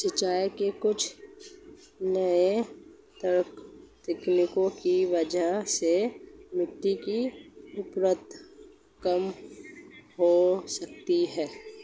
सिंचाई की कुछ नई तकनीकों की वजह से मिट्टी की उर्वरता कम हो सकती है